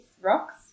rocks